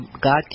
God